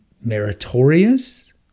meritorious